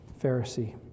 Pharisee